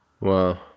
Wow